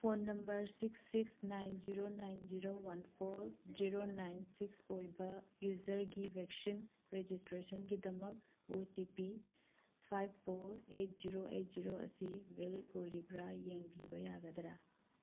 phone number six six nine zero nine zero one four zero nine six ꯑꯣꯏꯕ ꯌꯨꯖꯔꯒꯤ vaccine ꯔꯦꯖꯤꯁꯇ꯭ꯔꯦꯁꯟꯒꯤꯗꯃꯛ O T P five four eight zero eight zero ꯑꯁꯤ valid ꯑꯣꯏꯔꯤꯕ꯭ꯔꯥ ꯌꯦꯡꯕꯤꯕ ꯌꯥꯒꯗ꯭ꯔꯥ